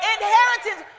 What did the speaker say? Inheritance